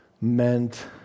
meant